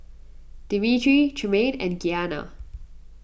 Dimitri Tremayne and Giana